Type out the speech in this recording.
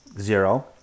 zero